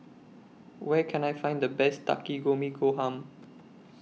Where Can I Find The Best Takikomi Gohan